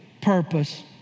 purpose